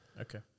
Okay